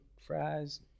fries